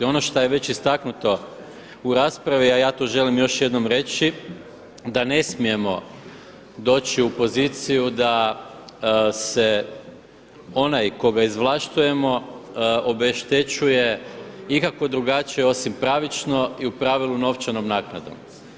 Ono što je već istaknuto u raspravi, a ja to želim još jednom reći da ne smijemo doći u poziciju da se onaj koga izvlašćujemo obeštećuje ikako drugačije osim pravično i u pravilu novčanom naknadom.